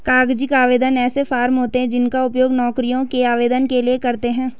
कागजी आवेदन ऐसे फॉर्म होते हैं जिनका उपयोग नौकरियों के आवेदन के लिए करते हैं